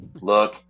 Look